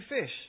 fish